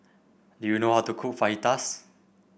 do you know how to cook Fajitas